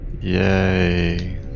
Yay